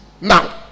now